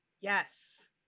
Yes